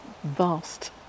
vast